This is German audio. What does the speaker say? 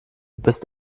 bist